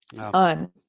on